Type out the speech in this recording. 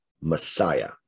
Messiah